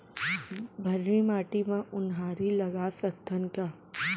भर्री माटी म उनहारी लगा सकथन का?